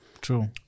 True